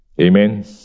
Amen